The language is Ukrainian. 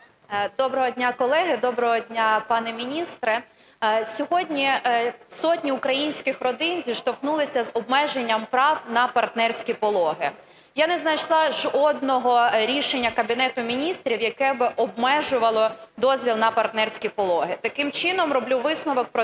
Доброго дня, колеги! Доброго дня, пане міністре! Сьогодні сотні українських родин зіштовхнулися з обмеженням прав на партнерські пологи. Я не знайшла жодного рішення Кабінету Міністрів, яке би обмежувало дозвіл на партнерські пологи. Таким чином, роблю висновок про